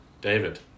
David